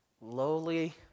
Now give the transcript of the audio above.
lowly